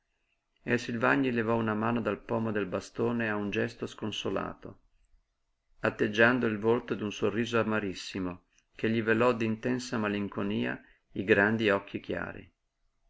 e il silvagni levò una mano dal pomo del bastone a un gesto sconsolato atteggiando il volto d'un sorriso amarissimo che gli velò d'intensa malinconia i grandi occhi chiari